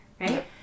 right